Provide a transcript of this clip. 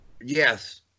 Yes